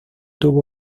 tuvo